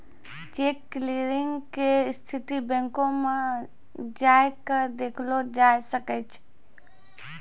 cheque clearing के स्थिति बैंको मे जाय के देखलो जाय सकै छै